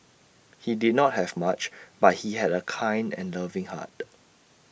he did not have much but he had A kind and loving heart